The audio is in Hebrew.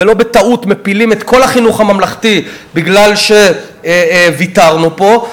ולא בטעות מפילים את כל החינוך הממלכתי בגלל שוויתרנו פה,